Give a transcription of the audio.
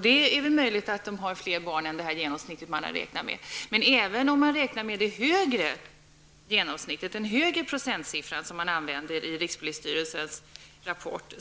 Det är väl möjligt att familjerna har fler barn än det genomsnitt som man har räknat med, men inte ens den högre procentsiffran i rikspolisstyrelsens rapport